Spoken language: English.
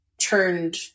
turned